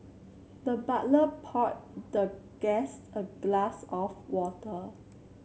the butler poured the guest a glass of water